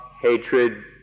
hatred